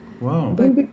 Wow